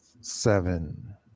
Seven